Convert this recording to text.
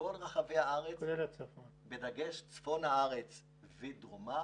בכל רחבי הארץ, בדגש על צפון הארץ ודרומה.